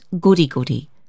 goody-goody